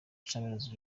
champions